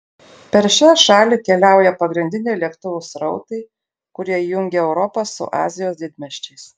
per šią šalį keliauja pagrindiniai lėktuvų srautai kurie jungia europą su azijos didmiesčiais